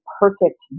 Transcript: perfect